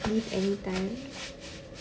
leave anytime